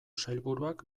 sailburuak